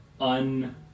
un